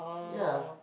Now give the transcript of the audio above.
yeah